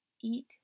eat